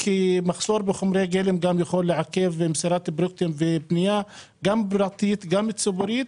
מחסור בחומרי גלם גם יכול לעכב מסירת פרויקטים של בנייה פרטית וציבורית,